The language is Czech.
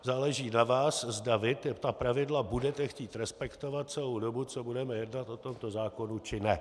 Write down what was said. Záleží na vás, zda vy ta pravidla budete chtít respektovat celou dobu, co budeme jednat o tomto zákonu, či ne.